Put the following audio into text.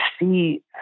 see